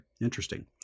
interesting